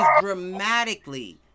dramatically